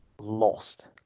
lost